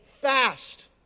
Fast